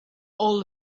all